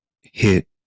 hit